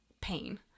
pain